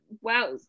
Wow